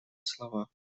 слова